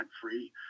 free